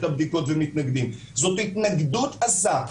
הבדיקות ומתנגדים אלא זאת התנגדות עזה.